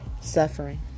suffering